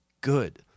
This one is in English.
good